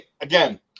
Again